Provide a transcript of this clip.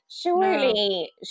surely